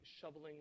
shoveling